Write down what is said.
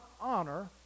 honor